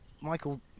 Michael